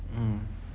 mm